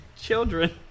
children